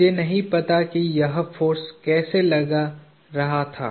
मुझे नहीं पता कि यह कैसे फोर्स लगा रहा था